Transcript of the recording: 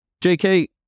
JK